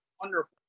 Wonderful